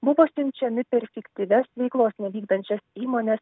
buvo siunčiami per fiktyvias veiklos nevykdančias įmones